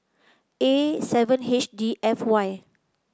A seven H D F Y